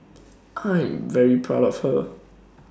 I'm very proud of her